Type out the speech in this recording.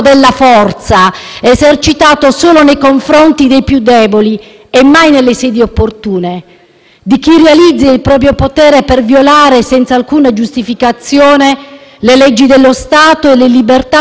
di chi realizza il proprio potere per violare senza alcuna giustificazione le leggi dello Stato e le libertà fondamentali che la nostra Costituzione riconosce a tutti indistintamente;